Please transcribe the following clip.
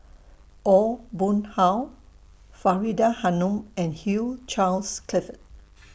Aw Boon Haw Faridah Hanum and Hugh Charles Clifford